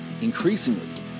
Increasingly